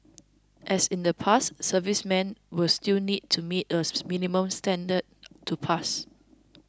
as in the past servicemen will still need to meet a minimum standard to pass